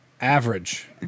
average